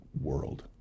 world